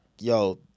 yo